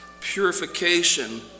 purification